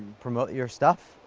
promote your stuff